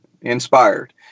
inspired